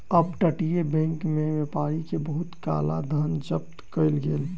up तटीय bank में व्यापारी के बहुत काला धन जब्त कएल गेल